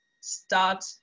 start